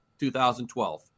2012